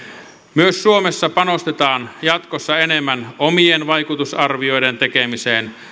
myös suomessa panostetaan jatkossa enemmän omien vaikutusarvioiden tekemiseen